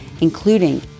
including